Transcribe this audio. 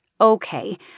okay